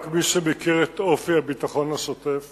רק מי שמכיר את אופי הביטחון השוטף